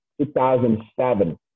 2007